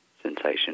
sensation